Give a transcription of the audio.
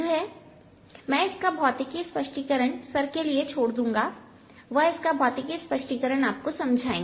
मैं इसका भौतिकी स्पष्टीकरण सर के लिए छोड़ दूंगावह इसका भौतिकी स्पष्टीकरण आपको समझाएंगे